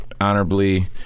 honorably